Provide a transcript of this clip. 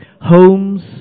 Homes